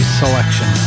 selection